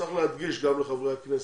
צריך להדגיש גם לחברי הכנסת,